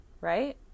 right